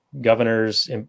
governors